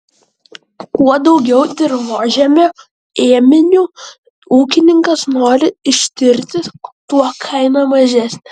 kuo daugiau dirvožemio ėminių ūkininkas nori ištirti tuo kaina mažesnė